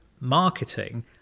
marketing